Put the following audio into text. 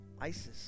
ISIS